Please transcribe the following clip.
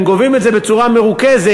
הם גובים את זה בצורה מרוכזת,